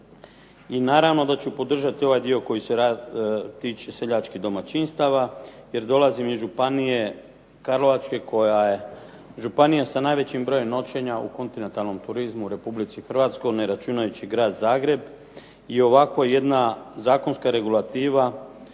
I naravno da ću podržati ovaj dio koji se tiče seljačkih domaćinstava, jer dolazim iz Karlovačke županije koja je županija sa najvećim brojem noćenja u kontinentalnom turizmu u Republici Hrvatskoj ne računajući grad Zagreb. I ovako jedna zakonska regulativa